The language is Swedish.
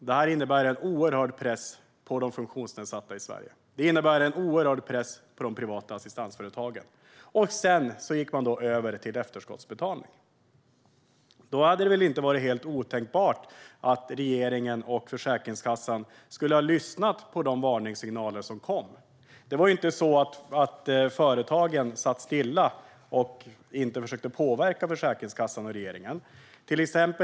Detta innebär en oerhörd press på såväl de funktionsnedsatta i Sverige som på de privata assistansföretagen. Man gick även över till efterskottsbetalning. Då hade det väl inte varit helt otänkbart att regeringen och Försäkringskassan skulle ha lyssnat på de varningssignaler som kom? Det var ju inte så att företagen satt stilla och inte försökte att påverka Försäkringskassan och regeringen.